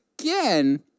again